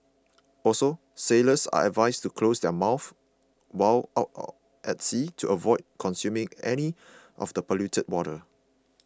also sailors are advised to close their mouths while out at sea to avoid consuming any of the polluted water